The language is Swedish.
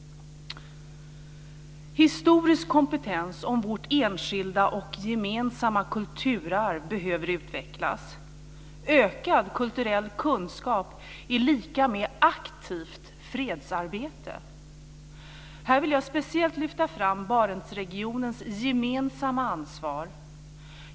Historisk kompetens om vårt enskilda och gemensamma kulturarv behöver utvecklas. Ökad kulturell kunskap är lika med aktivt fredsarbete. Här vill jag speciellt lyfta fram Barentsregionens gemensamma ansvar.